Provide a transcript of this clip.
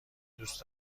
دوست